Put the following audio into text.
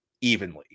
evenly